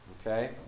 Okay